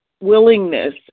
willingness